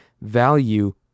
value